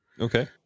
Okay